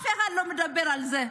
אף אחד לא מדבר על זה.